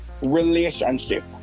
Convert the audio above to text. relationship